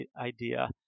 idea